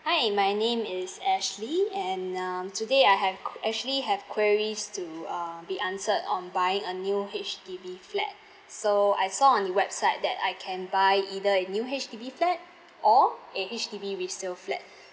hi my name is ashley and um today I have q~ actually have queries to uh be answered on buying a new H_D_B flat so I saw on the website that I can buy either a new H_D_B flat or a H_D_B resale flat